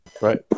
Right